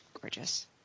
gorgeous